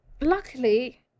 luckily